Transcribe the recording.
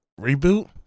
reboot